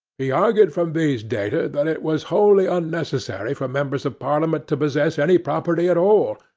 he argued from these data that it was wholly unnecessary for members of parliament to possess any property at all,